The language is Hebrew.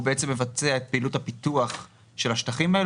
הוא בעצם מבצע את פעילות הפיתוח של השטחים האלה